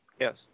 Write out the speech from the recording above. Yes